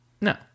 No